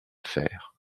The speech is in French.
fer